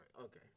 Okay